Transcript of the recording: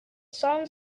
sun